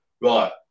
right